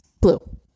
Blue